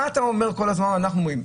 מה שאתה אומר כל הזמן אנחנו אומרים,